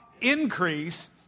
Increase